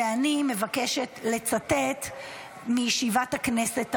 ואני מבקשת לצטט מישיבת הכנסת הראשונה: